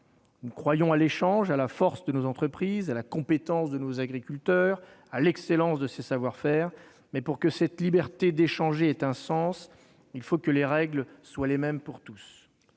Nous croyons à l'échange, à la force de nos entreprises, à la compétence de nos agriculteurs et à l'excellence de leurs savoir-faire, mais pour que cette liberté d'échanger ait un sens, il faut que les règles soient les mêmes pour tous